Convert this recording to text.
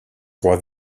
roi